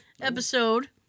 episode